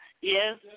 Yes